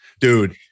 Dude